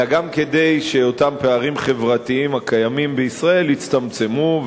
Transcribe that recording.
אלא גם כדי שאותם פערים חברתיים הקיימים בישראל יצטמצמו.